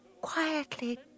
quietly